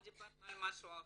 אנחנו דיברנו על משהו אחר.